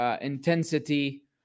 intensity